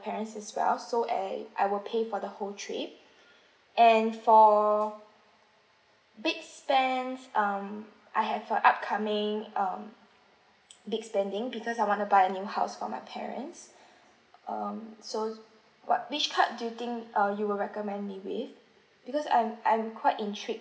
parents as well so I I will pay for the whole trip and for big spends um I have a upcoming um big spending because I wanna buy a new house for my parents um so what which card do you think uh you will recommend me with because I'm I'm quite intrigued